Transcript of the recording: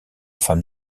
femme